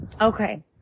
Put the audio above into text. Okay